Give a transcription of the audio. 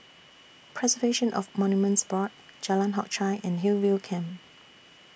Preservation of Monuments Board Jalan Hock Chye and Hillview Camp